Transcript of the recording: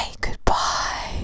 goodbye